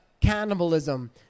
cannibalism